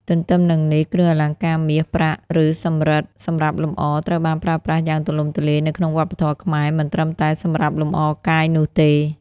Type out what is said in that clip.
ទទ្ទឹមនឹងនេះ គ្រឿងអលង្ការមាស ប្រាក់ ឬសំរឹទ្ធសម្រាប់លម្អ ត្រូវបានប្រើប្រាស់យ៉ាងទូលំទូលាយនៅក្នុងវប្បធម៌ខ្មែរ មិនត្រឹមតែសម្រាប់លម្អកាយនោះទេ។